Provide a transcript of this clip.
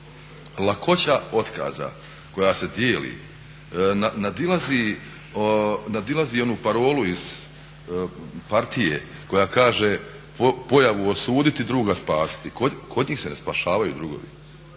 lakoća otkaza koje se dijeli nadilazi onu parolu iz partije koja kaže "pojavu osuditi, druga spasiti", kod njih se ne spašavaju drugovi.